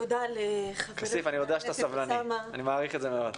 תודה לחברי חבר הכנסת אוסאמה סעדי.